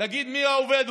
להגיד מי העובד,